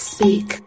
Speak